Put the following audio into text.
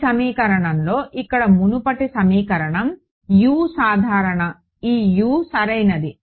ఈ సమీకరణంలో ఇక్కడ మునుపటి సమీకరణం U సాధారణ ఈ U సరైనది